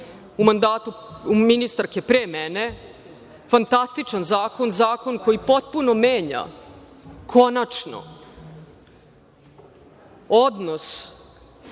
u mandatu ministarke pre mene, fantastičan zakon, zakon koji potpuno menja konačno odnos